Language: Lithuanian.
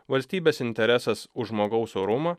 valstybės interesas už žmogaus orumą